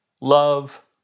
love